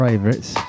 Favorites